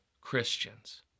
Christians